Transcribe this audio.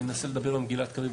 אני אנסה לדבר עם גלעד קריב,